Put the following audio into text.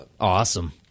Awesome